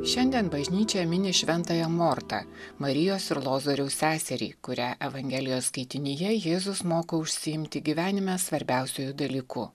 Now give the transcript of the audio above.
šiandien bažnyčia mini šventąją mortą marijos ir lozoriaus seserį kurią evangelijos skaitinyje jėzus moko užsiimti gyvenime svarbiausiuoju dalyku